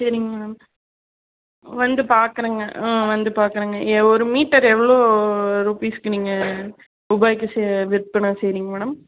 சரிங்க மேடம் வந்து பார்க்குறேங்க ம் வந்து பார்க்குறேங்க எவ் ஒரு மீட்டரு எவ்வளோ ரூபீஸ்க்கு நீங்கள் ரூபாய்க்கி சே விற்பனை செய்கிறீங்க மேடம்